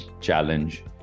challenge